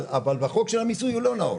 אבל בחוק של המיסוי הוא לא נאור.